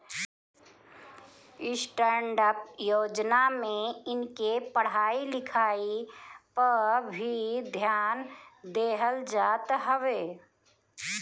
stand up योजना में इनके पढ़ाई लिखाई पअ भी ध्यान देहल जात हवे